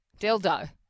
dildo